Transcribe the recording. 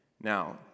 Now